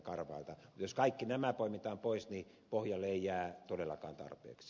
mutta jos kaikki nämä poimitaan pois niin pohjalle ei jää todellakaan tarpeeksi